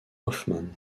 hoffman